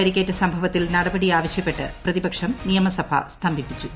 പരിക്കേറ്റ സംഭവൃത്തിൽ് നടപടി ആവശ്യപ്പെട്ട് പ്രതിപക്ഷം നിയമസ്ട് സ്തംഭിപ്പിച്ചു